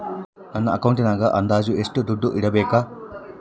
ನನ್ನ ಅಕೌಂಟಿನಾಗ ಅಂದಾಜು ಎಷ್ಟು ದುಡ್ಡು ಇಡಬೇಕಾ?